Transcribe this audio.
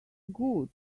good